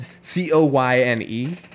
C-O-Y-N-E